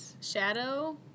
Shadow